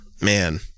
Man